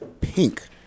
pink